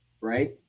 right